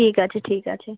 ঠিক আছে ঠিক আছে